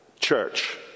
church